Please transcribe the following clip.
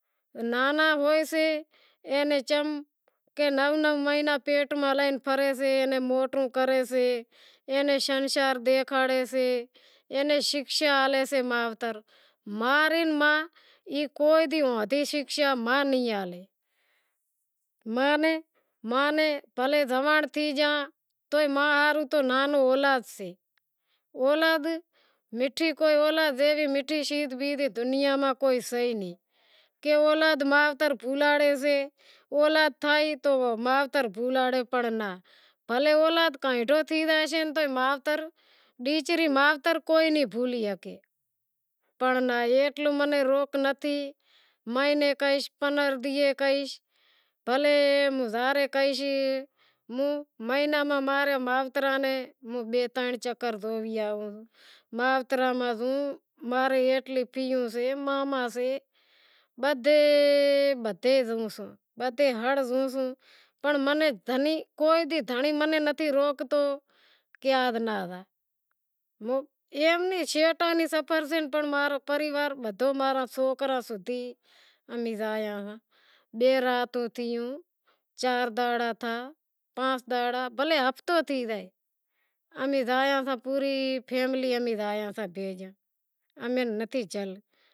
نانہا ہویئسے اینا چم نو نو مہینڑاں پیٹ ماں لئی موٹو کریسے اینا سنسار ڈیکھاڑیشے اینے شکھشا ہالی شے مائتر، کوئی شکھشا ما نیں ہالے ما نیں بھلیں زوانڑ تھی گیا تو ما ہاروں نانہو اولاد سی، اولاد مٹھی اولاد جیوی کوئی مٹھی چیزدنیا میں نتھی، بھلیں اولاد گانڈو تھی زائشے تو ئی اولاد نائیں بھولے بھلیں مہیناں میں ماں رے مائتریں بئے ترن چکر لے آواں۔ پنڑ منیں دھنڑی منیں نتھی روکتو کہ آز ناں زا بھلیں ایتلا شیٹ سفر سے پنڑ پریوار بدہو ماں را سوکرا امیں زایا بھیڑا تھا، پانس دہاڑا بھلیں ہفتو تھے زائے